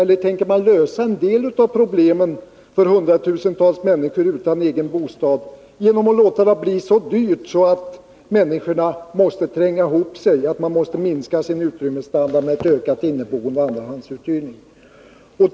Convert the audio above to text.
Eller tänker regeringen lösa en del av problemen för hundratusentals människor utan egen bostad genom Nr 30 att låta boendet bli så dyrt att människorna måste tränga ihop sig och minska sin utrymmesstandard med utökat inneboende och andrahandsuthyrning?